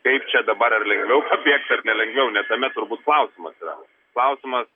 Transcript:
kaip čia dabar ar lengviau pabėgt ar nelengviau ne tame turbūt klausimas yra klausimas